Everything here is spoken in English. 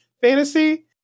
fantasy